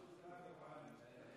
כולם ממושמעים.